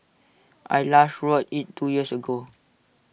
I last rode IT two years ago